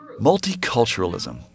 Multiculturalism